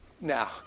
Now